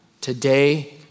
today